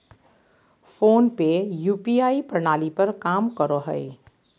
phone पे UPI प्रणाली पर काम करो हय